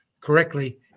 correctly